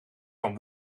van